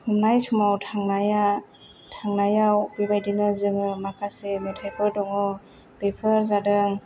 हमनाय समाव थांनाया थांनायाव बेबायदिनो जोङो माखासे मेथाइफोर दङ बेफोर जादों